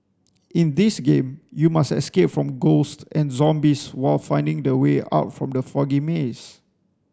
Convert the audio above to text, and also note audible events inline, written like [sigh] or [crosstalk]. [noise] in this game you must escape from ghosts and zombies while finding the way out from the foggy maze